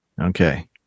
Okay